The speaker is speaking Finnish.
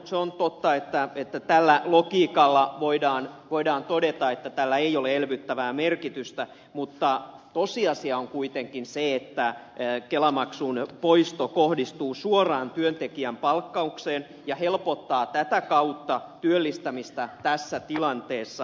se on totta että tällä logiikalla voidaan todeta että tällä ei ole elvyttävää merkitystä mutta tosiasia on kuitenkin se että kelamaksun poisto kohdistuu suoraan työntekijän palkkaukseen ja helpottaa tätä kautta työllistämistä tässä tilanteessa